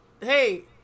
hey